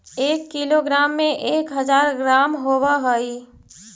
एक किलोग्राम में एक हज़ार ग्राम होव हई